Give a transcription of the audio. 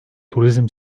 turizm